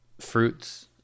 fruits